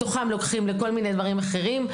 מתוכם לוקחים לכל מיני דברים אחרים.